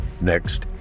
Next